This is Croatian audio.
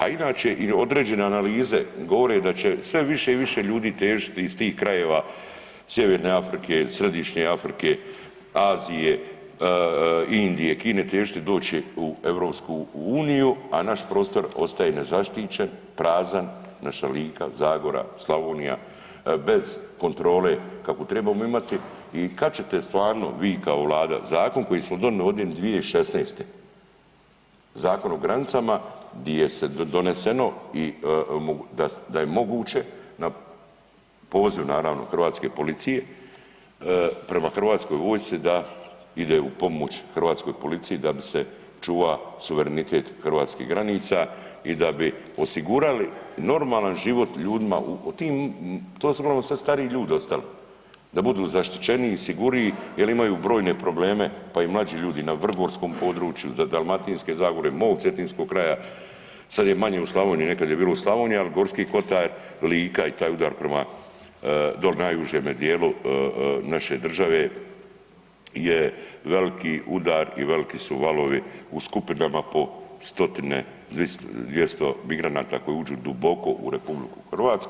A inače i određene analize govore da će sve više i više ljudi težiti iz tih krajeva sjeverne Afrike, središnje Afrike, Azije, Indije, Kine, težiti, doći u EU, a naš prostor ostaje nezaštićen, prazan, naša Lika, Zagora, Slavonija, bez kontrole kakvu trebamo imati i kad ćete stvarno vi kao vlada zakon koji smo donijeli ovdje 2016., Zakon o granicama di je doneseno i da je moguće na poziv naravno hrvatske policije prema HV da ide u pomoć hrvatskoj policiji da bi se čuva suverenitet hrvatskih granica i da bi osigurali normalan život ljudima u tim, to su uglavnom sve stariji ljudi ostali, da budu zaštićeniji, sigurniji jel imaju brojne probleme, pa i mlađi ljudi na vrgorskom području, Dalmatinske zagore, mog cetinskog kraja, sad je manje u Slavoniji, nekad je bilo u Slavoniji, al Gorski Kotar, Lika i taj udar prema dole najužeme dijelu naše države je veliki udar i veliki su valovi u skupinama po stotine, dvjesto migranata koji uđu duboko u RH.